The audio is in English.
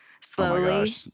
slowly